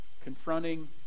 confronting